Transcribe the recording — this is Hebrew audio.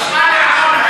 חשמל.